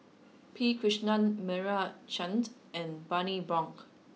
P Krishnan Meira Chand and Bani Buang